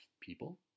people